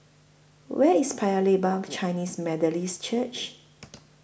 Where IS Paya Lebar Chinese Methodist Church